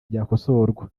byakosorwa